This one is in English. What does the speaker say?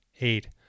Eight